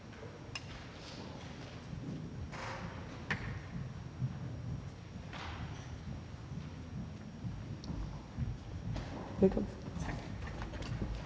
Tak